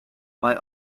mae